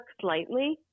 slightly